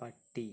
പട്ടി